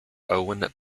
owen